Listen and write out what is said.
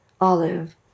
Olive